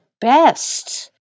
best